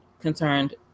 concerned